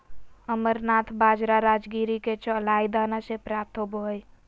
amaranth bajra राजगिरा के चौलाई दाना से प्राप्त होबा हइ